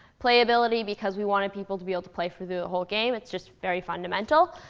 playability because we wanted people to be able to play through the whole game, it's just very fundamental,